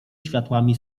światłami